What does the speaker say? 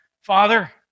Father